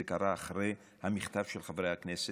זה קרה אחרי המכתב של חברי הכנסת,